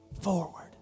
Forward